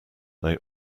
they